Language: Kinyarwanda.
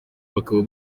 bakaba